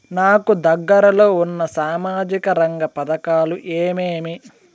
నాకు దగ్గర లో ఉన్న సామాజిక రంగ పథకాలు ఏమేమీ?